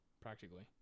practically